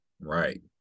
Right